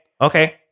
Okay